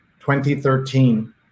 2013